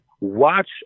watch